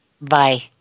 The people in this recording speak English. Bye